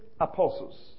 apostles